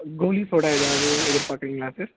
கோலிசோடா எதாவது எதிர்பார்க்குறீங்களா சார்